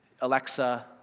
Alexa